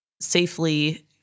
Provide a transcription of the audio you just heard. safely